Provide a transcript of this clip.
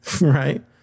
Right